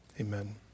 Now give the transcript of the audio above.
amen